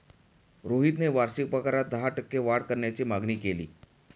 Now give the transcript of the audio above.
रोहितने वार्षिक पगारात दहा टक्के वाढ करण्याची मागणी केली